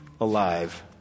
alive